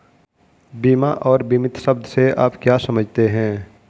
बीमा और बीमित शब्द से आप क्या समझते हैं?